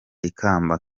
ikamba